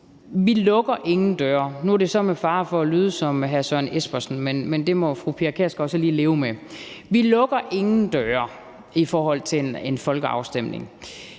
så lige leve med. Vi lukker ingen døre i forhold til en folkeafstemning.